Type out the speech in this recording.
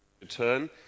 return